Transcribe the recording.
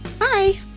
Hi